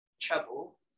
trouble